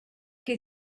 che